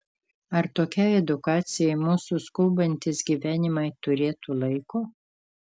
ar tokiai edukacijai mūsų skubantys gyvenimai turėtų laiko